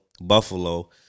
Buffalo